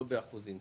לא באחוזים.